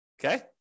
Okay